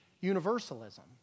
universalism